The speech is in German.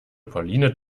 pauline